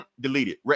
deleted